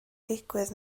ddigwydd